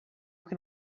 can